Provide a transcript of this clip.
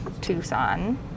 tucson